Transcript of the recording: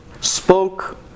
spoke